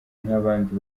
nk’abandi